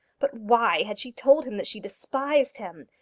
but why had she told him that she despised him,